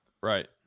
Right